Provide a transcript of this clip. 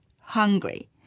hungry